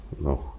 No